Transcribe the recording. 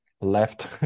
left